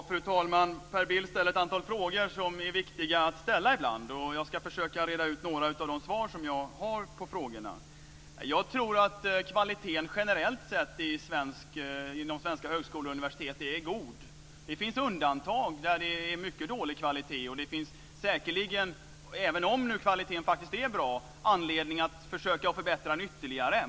Fru talman! Per Bill ställer ett antal frågor som ibland är viktiga att ställa. Jag ska försöka reda ut några svar på frågorna. Jag tror att kvaliteten generellt sett är god inom svenska högskolor och universitet. Det finns undantag där det är mycket dålig kvalitet. Även om kvaliteten är bra finns det säkert anledning att försöka förbättra den ytterligare.